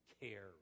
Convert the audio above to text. care